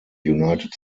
united